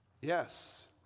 Yes